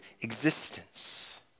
existence